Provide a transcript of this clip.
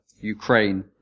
Ukraine